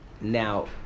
Now